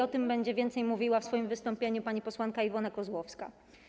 O tym będzie więcej mówiła w swoim wystąpieniu pani posłanka Iwona Kozłowska.